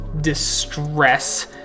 distress